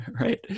right